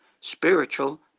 spiritual